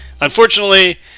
Unfortunately